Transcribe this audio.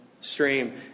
Stream